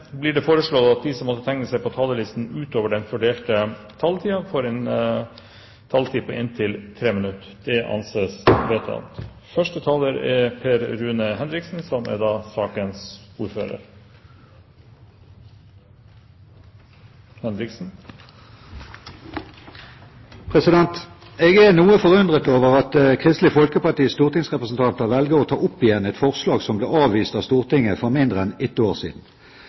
blir gitt anledning til replikkordskifte på inntil fem replikker med svar etter innlegget fra statsråden innenfor den fordelte taletid. Videre vil presidenten foreslå at de som måtte tegne seg på talerlisten utover den fordelte taletid, får en taletid på inntil 3 minutter. – Det anses vedtatt. Jeg er noe forundret over at Kristelig Folkepartis stortingsrepresentanter velger å ta opp igjen et forslag som ble avvist av Stortinget for mindre enn ett år siden.